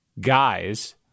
guys